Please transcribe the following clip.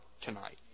tonight